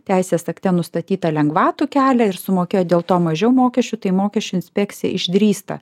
teisės akte nustatytą lengvatų kelią ir sumokėjo dėl to mažiau mokesčių tai mokesčių inspekcija išdrįsta